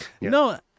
no